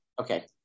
Okay